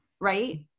Right